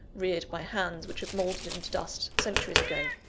reared by hands which have mouldered into dust centuries ago.